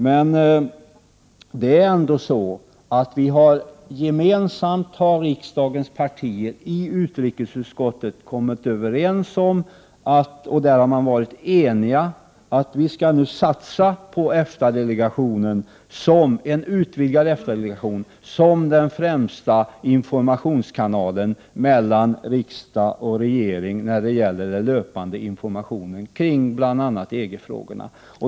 Men faktum är att riksdagens partier gemensamt i utrikesutskottet har kommit överens om och varit eniga om att vi skall satsa på en utvidgad EFTA-delegation som den främsta informationskanalen mellan riksdag och regering när det gäller den löpande informationen kring bl.a. EG-frågorna.